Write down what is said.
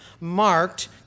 marked